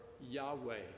Yahweh